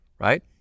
right